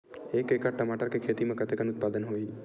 एक एकड़ टमाटर के खेती म कतेकन उत्पादन होही?